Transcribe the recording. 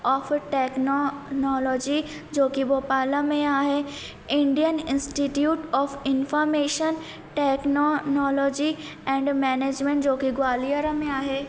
of technology जोकी भोपाल में आहे Indian institute of information technology and management जो की ग्वालियर में आहे